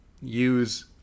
use